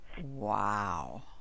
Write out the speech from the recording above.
Wow